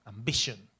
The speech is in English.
ambition